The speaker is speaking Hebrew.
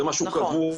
זה משהו קבוע,